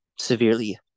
severely